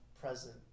present